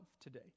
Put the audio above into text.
today